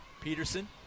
Peterson